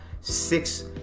six